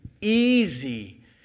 easy